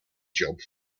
job